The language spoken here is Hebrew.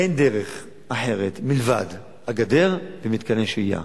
אין דרך אחרת מלבד הגדר ומתקני שהייה.